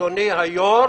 אדוני היושב ראש,